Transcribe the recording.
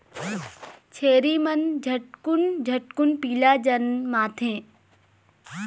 छेरी मन झटकुन झटकुन पीला जनमाथे